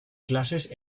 clases